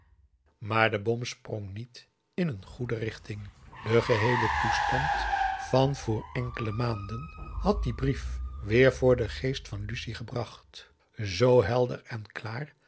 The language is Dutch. maar de bom sprong niet in een goede richting den geheelen toestand van voor enkele maanden had die brief weer voor den geest van louise gebracht zoo helder en klaar